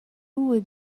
would